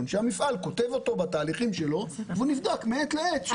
שהמפעל כותב אותו בתהליכים שלו והוא נבדק מעת לעת.